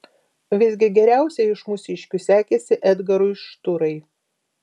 visgi geriausiai iš mūsiškių sekėsi edgarui šturai